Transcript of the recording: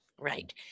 Right